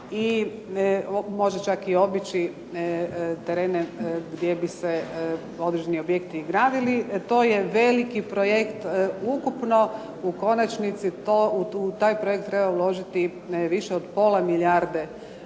i možda čak i obići terene gdje bi se određeni objekti i gradili. To je veliki projekt ukupno, u konačnici to, u taj projekt treba uložiti više od pola milijarde